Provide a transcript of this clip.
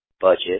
budget